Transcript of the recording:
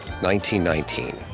1919